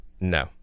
no